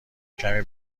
کمی